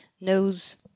knows